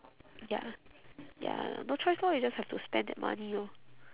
ya ya no choice lor you just have to spend that money lor